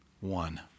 One